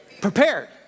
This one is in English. Prepared